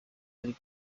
ari